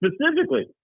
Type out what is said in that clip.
specifically